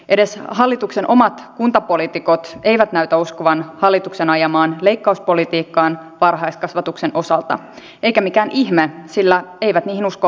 edes hallituksen omat kuntapoliitikot eivät näytä uskovan hallituksen ajamaan leikkauspolitiikkaan varhaiskasvatuksen osalta eikä mikään ihme sillä eivät niihin usko asiantuntijatkaan